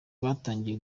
batangiye